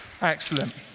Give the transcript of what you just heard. Excellent